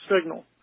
signal